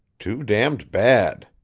too damned bad!